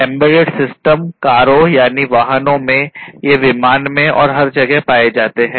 embedded system कारो यानी वाहनों में ये विमान में और हर जगह पाए जाते हैं